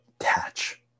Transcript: Attach